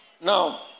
Now